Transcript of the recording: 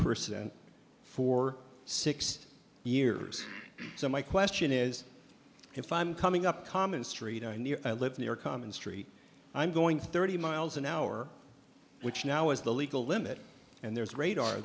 percent for six years so my question is if i'm coming up common street and i live near a common street i'm going thirty miles an hour which now is the legal limit and there's radar